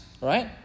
right